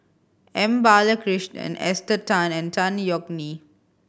M Balakrishnan Esther Tan and Tan Yeok Nee